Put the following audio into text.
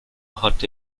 hatte